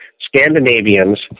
Scandinavians